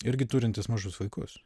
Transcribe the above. irgi turintys mažus vaikus